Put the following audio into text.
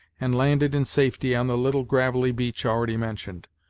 and landed in safety on the little gravelly beach already mentioned.